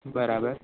બરાબર